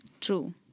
True